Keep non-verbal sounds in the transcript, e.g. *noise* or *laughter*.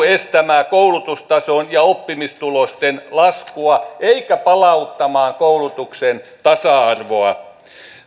*unintelligible* estämään koulutustason ja oppimistulosten laskua eivätkä palauttamaan koulutuksen tasa arvoa